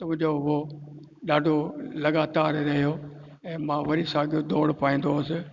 उहो जो हो ॾाढो लॻातारु रहियो ऐं मां वरी साॻियो दौड़ पाईंदो हुउसि